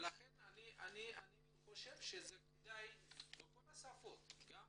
לכן כדאי שבכל השפות גם